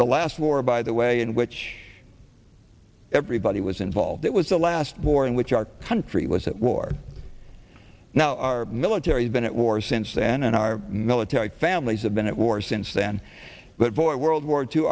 the last war by the way in which everybody was involved it was the last war in which our country was at war now our military has been at war since then and our military families have been at war since then but boy world war two